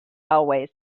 always